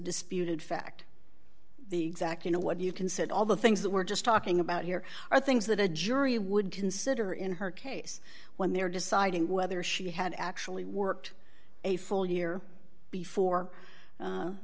disputed fact the zach you know what do you consider all the things that we're just talking about here are things that a jury would consider in her case when they're deciding whether she had actually worked a full year before